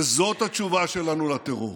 וזאת התשובה שלנו לטרור,